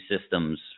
systems